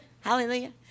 Hallelujah